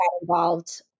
involved